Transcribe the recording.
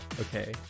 okay